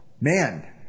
man